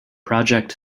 project